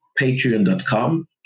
patreon.com